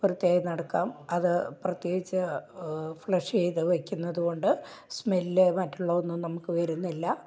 വൃത്തിയായി നടക്കാം അത് പ്രത്യേകിച്ച് ഫ്ലഷ് ചെയ്ത് വെക്കുന്നത് കൊണ്ട് സ്മെല്ല് മറ്റുള്ളതൊന്നും നമുക്ക് വരുന്നില്ല